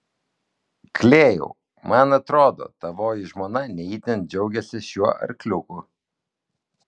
klėjau man atrodo tavoji žmona ne itin džiaugiasi šiuo arkliuku